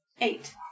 Eight